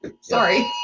Sorry